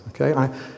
okay